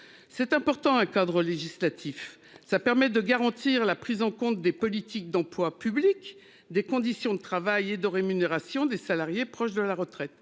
C'est important, un cadre législatif ça permet de garantir la prise en compte des politiques d'emplois publics, des conditions de travail et de rémunération des salariés proches de la retraite